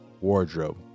wardrobe